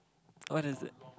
what is it